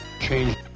change